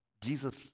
Jesus